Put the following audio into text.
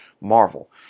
Marvel